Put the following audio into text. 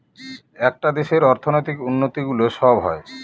একটা দেশের অর্থনৈতিক উন্নতি গুলো সব হয়